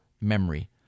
memory